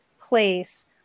place